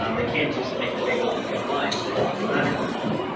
um they can't just make a big, open pit mine. so they have to do an underground mine.